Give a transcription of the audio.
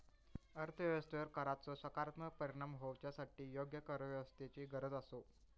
अर्थ व्यवस्थेवर कराचो सकारात्मक परिणाम होवच्यासाठी योग्य करव्यवस्थेची गरज आसा